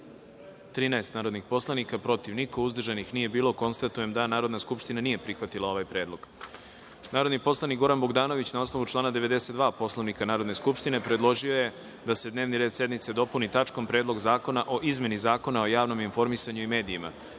za – osam, protiv – niko, uzdržanih – nema. Konstatujem da Narodna skupština nije prihvatila ovaj predlog. Narodni poslanik Goran Bogdanović na osnovu člana 92. Poslovnika Narodne skupštine predložio je da se dnevni red sednice dopuni tačkom Predlog zakona o izmeni Zakona o porezu na dobit